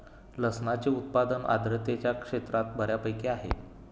लसणाचे उत्पादन आर्द्रतेच्या क्षेत्रात बऱ्यापैकी आहे